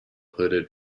hooded